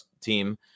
team